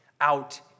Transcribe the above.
out